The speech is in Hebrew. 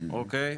אוקיי?